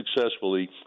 successfully